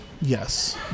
Yes